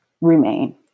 remain